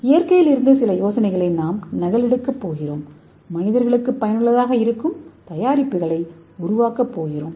இயற்கையிலிருந்து சில யோசனைகளை நாங்கள் நகலெடுக்கப் போகிறோம் மனிதர்களுக்கு பயனுள்ளதாக இருக்கும் தயாரிப்புகளை உருவாக்கப்போகிறோம்